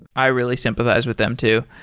i really sympathize with them too.